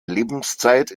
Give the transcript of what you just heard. lebenszeit